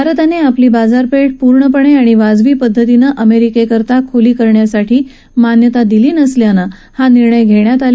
भारताने आपली बाजारपेठ पूर्णपणे आणि वाजवी पद्धतीने अमेरिकेसाठी खुली करण्यासाठी मान्यता न दिल्यानं हा निर्णय घेण्यात आला